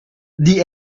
die